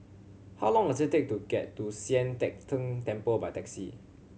how long does it take to get to Sian Teck Tng Temple by taxi